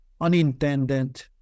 unintended